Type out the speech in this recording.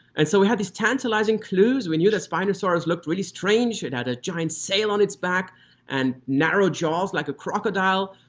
and so we had these tantalising clues. we knew that spinosaurus looked really strange it had a giant sail on its back and narrow jaws like a crocodile,